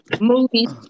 Movies